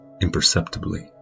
imperceptibly